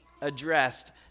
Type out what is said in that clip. addressed